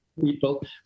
people